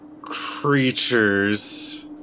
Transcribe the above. creatures